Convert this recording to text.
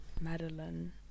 Madeline